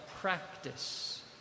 practice